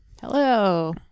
Hello